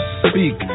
speak